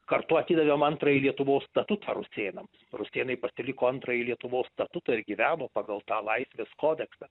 kartu atidavėm antrąjį lietuvos statutą rusėnams rusėnai pasiliko antrąjį lietuvos statutą ir gyveno pagal tą laisvės kodeksą